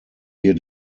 wir